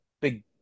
big